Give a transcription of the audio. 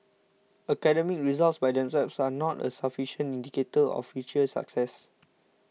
academic results by themselves are not a sufficient indicator of future success